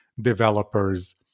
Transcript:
developers